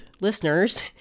listeners